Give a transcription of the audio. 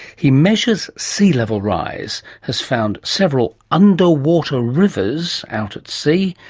he measures sea level rise, has found several underwater rivers out at sea,